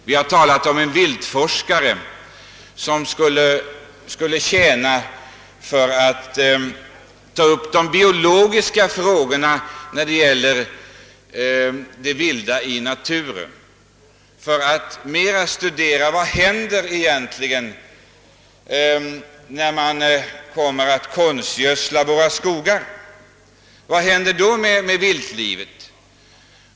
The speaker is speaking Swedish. Vi har talat om en viltforskare som skulle ta upp de biologiska frågorna när det gäller det vilda. Han skulle särskilt studera vad som egentligen händer med det vilda när man kommer att konstgödsla våra skogar. Vad händer då med viltlivet?